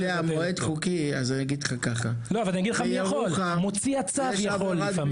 אבל אני אגיד לך מי יכול מוציא הצו יכול לפעמים.